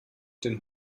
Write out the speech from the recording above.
den